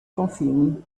confini